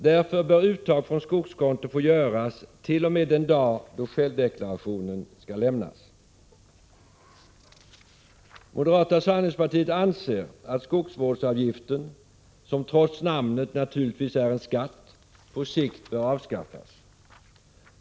Därför bör uttag från skogskonto få göras t.o.m. den dag då självdeklarationen skall lämnas. Moderata samlingspartiet anser att skogsvårdsavgiften, som trots namnet naturligtvis är en skatt, på sikt bör avskaffas.